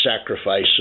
sacrifice